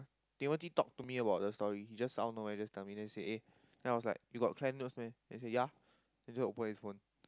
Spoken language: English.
Timothy talked to me about the story he just out nowhere just tell me and then he say eh then I was like you got tried those meh then he say yeah then he opened his phone